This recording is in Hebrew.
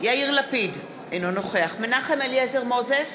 יאיר לפיד, אינו נוכח מנחם אליעזר מוזס,